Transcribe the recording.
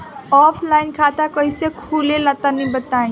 Offline खाता कइसे खुलेला तनि बताईं?